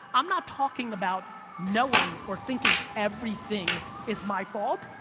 i'm not talking about knowing or thinking everything is my fault,